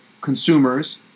consumers